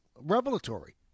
revelatory